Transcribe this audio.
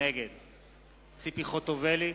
נגד ציפי חוטובלי,